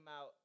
out